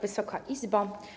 Wysoka Izbo!